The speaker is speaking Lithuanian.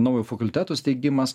naujo fakulteto steigimas